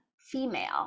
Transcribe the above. female